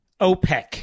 OPEC